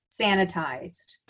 sanitized